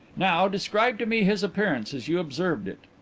now describe to me his appearance as you observed it.